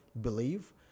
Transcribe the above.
believe